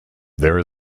there